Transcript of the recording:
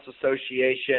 Association